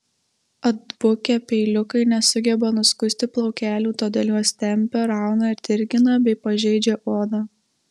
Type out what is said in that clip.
atbukę peiliukai nesugeba nuskusti plaukelių todėl juos tempia rauna ir dirgina bei pažeidžia odą